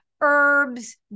herbs